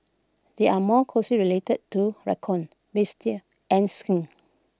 they are more closely related to raccoon and skunk